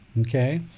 okay